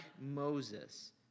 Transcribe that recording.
Moses